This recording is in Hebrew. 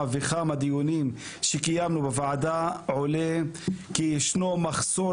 וכמה דיונים שקיימנו בוועדה עולה כי ישנו מחסור